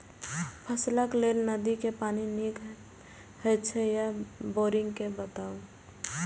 फसलक लेल नदी के पानी नीक हे छै या बोरिंग के बताऊ?